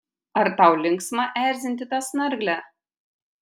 ar tau linksma erzinti tą snarglę